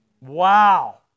Wow